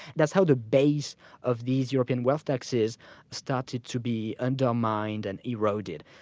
that's how the base of these european wealth taxes started to be undermined and eroded.